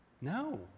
No